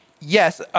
Yes